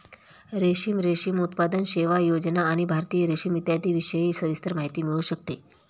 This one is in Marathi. रेशीम, रेशीम उत्पादन, सेवा, योजना आणि भारतीय रेशीम इत्यादींविषयी सविस्तर माहिती मिळू शकते